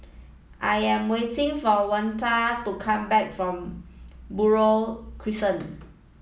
I am waiting for Waneta to come back from Buroh Crescent